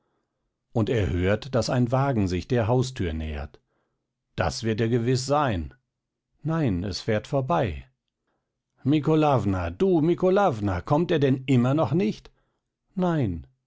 und er hört daß ein wagen sich der haustür nähert das wird er gewiß sein nein es fährt vorbei mikolawna du mikolawna kommt er denn immer noch nicht nein